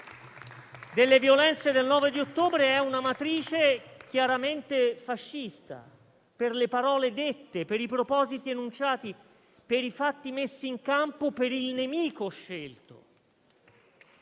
delle violenze del 9 ottobre è chiaramente fascista, per le parole dette, per i propositi enunciati, per i fatti messi in campo e per il nemico scelto.